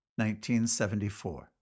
1974